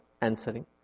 answering